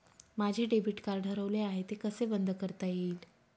माझे debit card हरवले आहे ते कसे बंद करता येईल?